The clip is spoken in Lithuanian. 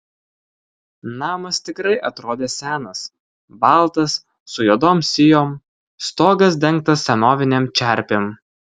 namas tikrai atrodė senas baltas su juodom sijom stogas dengtas senovinėm čerpėm